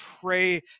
pray